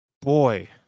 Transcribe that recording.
Boy